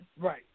Right